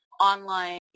online